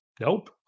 Nope